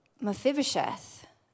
Mephibosheth